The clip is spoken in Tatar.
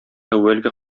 әүвәлге